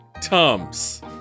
Tums